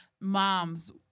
mom's